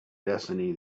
destiny